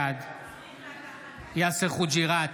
בעד יאסר חוג'יראת,